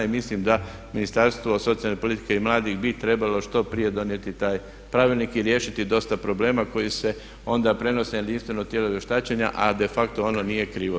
I mislim da Ministarstvo socijalne politike i mladih bi trebalo što prije donijeti taj pravilnik i riješiti dosta problema koji se onda prenose na jedinstveno tijelo vještačenja a de facto ono nije krivo za to.